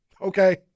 Okay